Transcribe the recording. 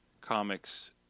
Comics